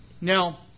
Now